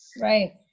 Right